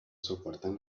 soportan